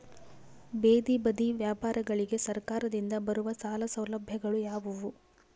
ಬೇದಿ ಬದಿ ವ್ಯಾಪಾರಗಳಿಗೆ ಸರಕಾರದಿಂದ ಬರುವ ಸಾಲ ಸೌಲಭ್ಯಗಳು ಯಾವುವು?